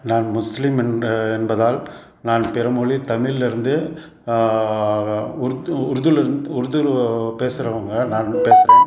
நான் முஸ்லீம் என்ற என்பதால் நான் பிற மொழி தமிழ்லருந்து உருது உருதுவில இருந் உருதுவில பேசுகிறவங்க நான் பேசுகிறேன்